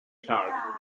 clark